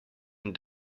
and